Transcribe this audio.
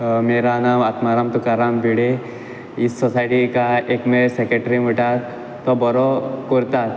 मेरा नाम आत्माराम तुकाराम भिडे इस सोसायटी का एकमेव सेक्रेट्री मुटा